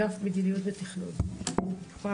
אגף למדיניות ותכנון במשרד לביטחון הפנים.